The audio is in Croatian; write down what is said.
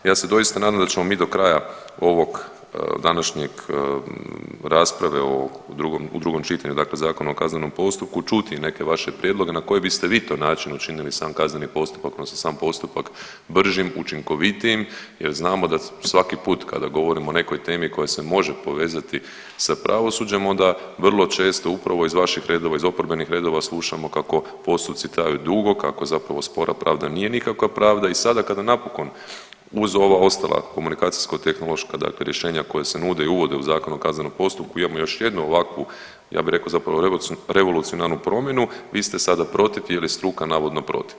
Ja se doista nadam da ćemo mi do kraja ove današnje rasprave u drugom čitanju dakle Zakona o kaznenom postupku čuti neke vaše prijedloge na koji biste vi to način učinili sam kazneni postupak odnosno sam postupak bržim, učinkovitijim jer znamo da svaki put kada govorimo o nekoj temi koja se može povezati sa pravosuđem onda vrlo često upravo iz vaših redova iz oporbenih redova slušamo kako postupci traju dugo, kako zapravo spora pravda nije nikakva pravda i sada kada napokon uz ova ostala komunikacijsko tehnološka dakle rješenja koja se nude i uvode u Zakon o kaznenom postupku imamo još jednu ovakvu ja bi rekao zapravo revolucionarnu promjenu vi ste sada protiv jer je struka navodno protiv.